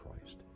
Christ